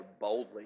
boldly